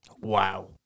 Wow